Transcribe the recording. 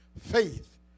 faith